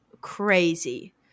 crazy